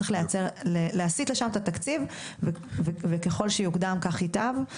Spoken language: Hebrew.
צריך להסיט לשם את התקציב, וככל שיוגדר כך ייטב.